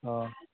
অ'